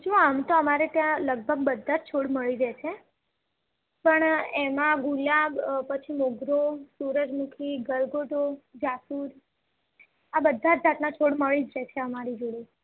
જો આમ તો અમારે ત્યાં લગભગ બધા જ છોડ મળી રહે છે પણ એમાં ગુલાબ પછી મોગરો સુરજમુખી ગલગોટો જાસુદ આ બધા જ જાતના છોડ મળી જાય છે અમારી જોડેથી